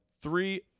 three